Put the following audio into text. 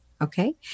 Okay